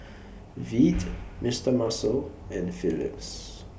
Veet Mister Muscle and Philips